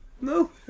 no